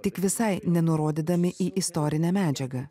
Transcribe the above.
tik visai nenurodydami į istorinę medžiagą